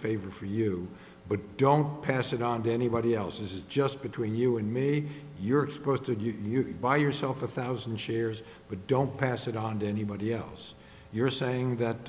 favor for you but don't pass it on to anybody else is just between you and me you're supposed to you buy yourself a thousand shares but don't pass it on to anybody else you're saying that